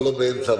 לא באמצע הוועדה.